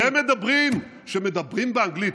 אתם אומרים שמדברים באנגלית,